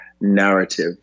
narrative